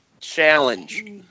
challenge